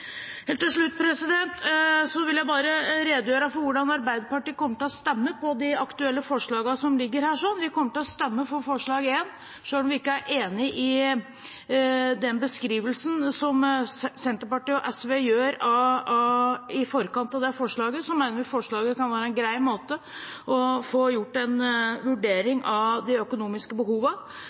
Helt til slutt vil jeg redegjøre for hvordan Arbeiderpartiet kommer til å stemme over de aktuelle forslagene som foreligger her. Vi kommer til å stemme for forslag nr. 1. Selv om vi ikke er enig i den beskrivelsen som Senterpartiet og SV hadde i forkant av dette forslaget, mener vi at forslaget kan være en grei måte å få gjort en vurdering av de økonomiske